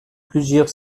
plusieurs